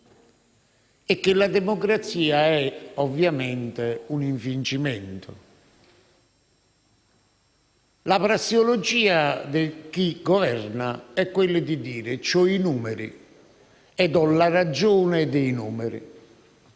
e che la democrazia è ovviamente un infingimento. La prassiologia di chi governa è quella di dire: «Ho i numeri e ho la ragione dei numeri»,